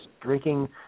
drinking